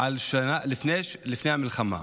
על לפני המלחמה.